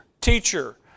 teacher